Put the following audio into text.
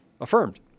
affirmed